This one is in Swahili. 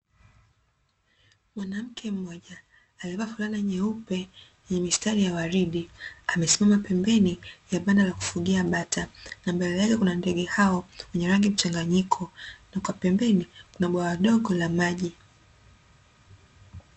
Mwanamke mmoja aliyevaa fulana nyeupe yenye mistari ya waridi, amesima pembeni ya banda la kufugia bata na mbele yake kuna ndege hao wenye rangi ya mchanganyiko na kwa pembeni kuna bwawa dogo la maji.